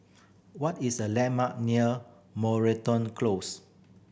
what is the landmark near Moreton Close